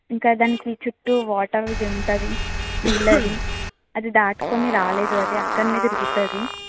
ఇంకా దానికి చుట్టూ వాటర్ ఇది ఉంటుంది నీళ్ళది అది దాటుకుని రాలేదు అది అక్కడే తిరుగుతుంది